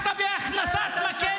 זה מה שאתה לא מבין.